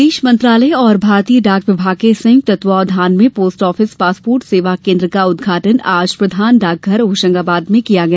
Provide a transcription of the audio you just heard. विदेश मंत्रालय एवं भारतीय डाक विमाग के संयुक्त तत्वाघान में पोस्ट ऑफिंस पासपोर्ट सेवा कोन्द्र का उदघाटन आज प्रधान डाकघर होशंगाबाद में किया गया